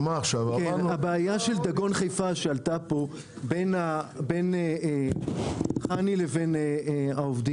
הבעיה של דגון חיפה שעלתה פה בין חנ"י לעובדים